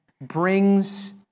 brings